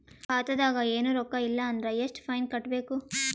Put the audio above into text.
ಖಾತಾದಾಗ ಏನು ರೊಕ್ಕ ಇಲ್ಲ ಅಂದರ ಎಷ್ಟ ಫೈನ್ ಕಟ್ಟಬೇಕು?